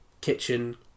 kitchen